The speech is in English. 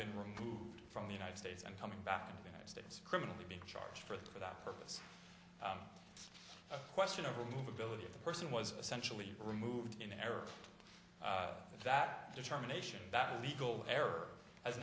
been removed from the united states and coming back into the united states criminally big charge for that purpose a question of relief ability of the person was essentially removed in error that determination that legal error as